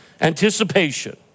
Anticipation